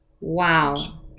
Wow